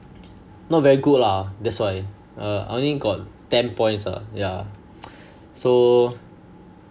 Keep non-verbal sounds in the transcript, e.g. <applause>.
not very good lah that's why err I only got ten points lah yeah <noise> so